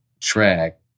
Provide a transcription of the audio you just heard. track